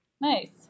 Nice